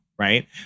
right